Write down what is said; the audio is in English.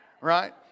right